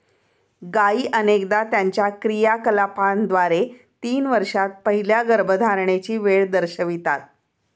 गायी अनेकदा त्यांच्या क्रियाकलापांद्वारे तीन वर्षांत पहिल्या गर्भधारणेची वेळ दर्शवितात